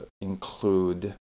include